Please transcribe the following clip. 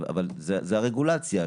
אבל זו הרגולציה,